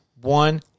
one